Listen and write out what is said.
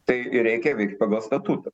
tai ir reikia veikt pagal statutą